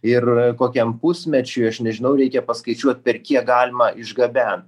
ir kokiam pusmečiui aš nežinau reikia paskaičiuot per kiek galima išgabent